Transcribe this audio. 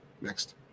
Next